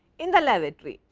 in the lavatory.